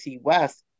West